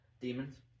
Demons